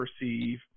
perceive